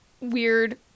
weird